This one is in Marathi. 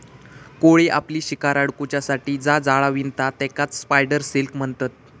कोळी आपली शिकार अडकुच्यासाठी जा जाळा विणता तेकाच स्पायडर सिल्क म्हणतत